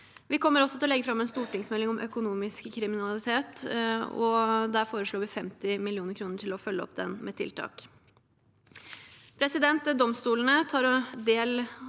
Vi kommer også til å legge fram en stortingsmelding om økonomisk kriminalitet, og der foreslår vi 50 mill. kr til å følge opp den med tiltak. Domstolene tar del